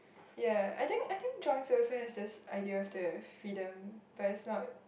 ya I think I think John's also has this idea of the freedom but it's not